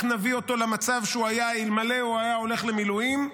נביא אותו למצב שהוא היה אלמלא היה הולך למילואים,